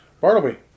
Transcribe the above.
Bartleby